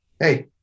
hey